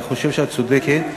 אני חושב שאת צודקת.